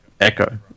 Echo